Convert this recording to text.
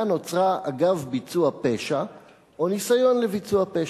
נוצרה אגב ביצוע פשע או ניסיון לביצוע פשע.